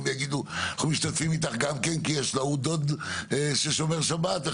שיסכימו להשתתף איתה כי יש להם קרובים שומרי שבת.